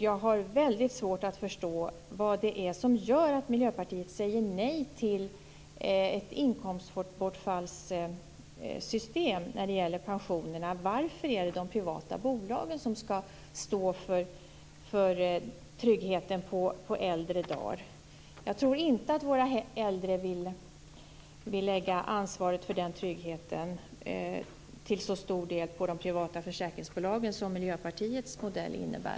Jag har väldigt svårt att förstå vad det är som gör att Miljöpartiet säger nej till ett inkomstbortfallssystem när det gäller pensionerna. Varför är det de privata bolagen som skall stå för tryggheten på äldre dagar? Jag tror inte att våra äldre vill lägga ansvaret för den tryggheten till så stor del på de privata försäkringsbolagen som Miljöpartiets modell innebär.